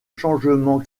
changement